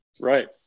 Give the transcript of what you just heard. Right